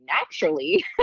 naturally